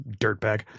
dirtbag